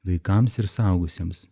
vaikams ir suaugusiems